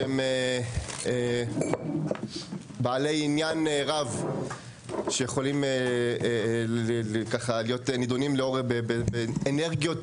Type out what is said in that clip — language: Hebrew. שהם בעלי עניין רב שיכולים להיות נידונים באנרגיות